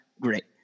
Great